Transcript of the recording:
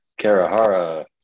Karahara